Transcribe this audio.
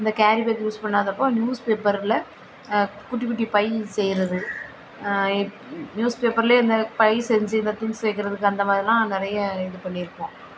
இந்த carry bag use பண்ணாதப்போ news பேப்பரில் குட்டி குட்டி பை செய்கிறது நியூஸ் பேப்பரில் இந்த பை செஞ்சி இந்த திங்க்ஸ் வைக்கிறதுக்கு அந்த மாதிரிலாம் நிறைய இது பண்ணி இருக்கோம்